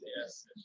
yes